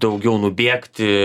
daugiau nubėgti